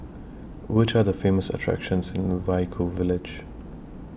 Which Are The Famous attractions in Vaiaku Village